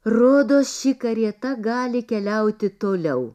rodos ši karieta gali keliauti toliau